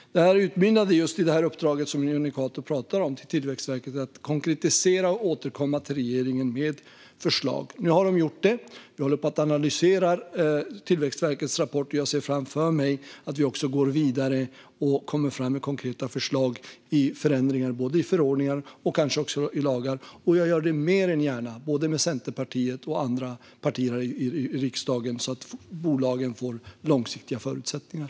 Detta utmynnade i just det uppdrag till Tillväxtverket, som Jonny Cato talade om, att konkretisera och återkomma till regeringen med förslag. Nu har de gjort det. Vi håller på att analysera Tillväxtverkets rapport, och jag ser framför mig att vi också går vidare och kommer med konkreta förslag till förändringar både i förordningar och kanske också i lagar. Jag gör det mer än gärna, både med Centerpartiet och med andra partier här i riksdagen, så att bolagen får långsiktiga förutsättningar.